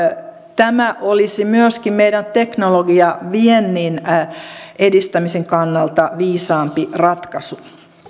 tämä olisi myöskin meidän teknologiaviennin edistämisen kannalta viisaampi ratkaisu